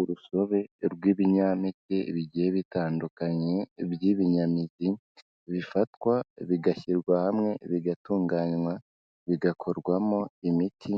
Urusobe rw'ibinyampeke bigiye bitandukanye by'ibinyamizi, bifatwa bigashyirwa hamwe, bigatunganywa, bigakorwamo imiti